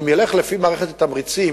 אם ילך לפי מערכת התמריצים,